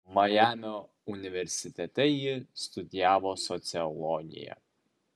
majamio universitete ji studijavo sociologiją